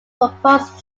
proposed